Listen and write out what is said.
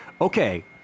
okay